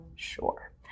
Sure